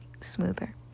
smoother